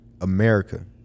America